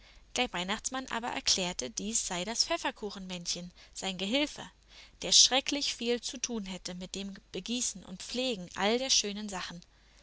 der weihnachtsmann aber erklärte dies sei das pfefferkuchenmännchen sein gehilfe der schrecklich viel zu tun hätte mit dem begießen und pflegen all der schönen sachen